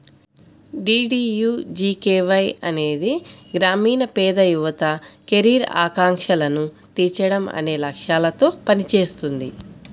DDUGKY అనేది గ్రామీణ పేద యువత కెరీర్ ఆకాంక్షలను తీర్చడం అనే లక్ష్యాలతో పనిచేస్తుంది